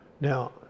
Now